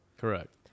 Correct